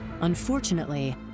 Unfortunately